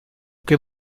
que